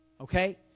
Okay